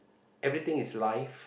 everything is life